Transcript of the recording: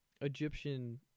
Egyptian